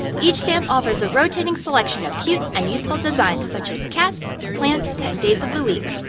each stamp offers a rotating selection of cute and useful designs such as cats, plants, and days of the week.